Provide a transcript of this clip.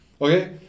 Okay